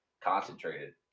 concentrated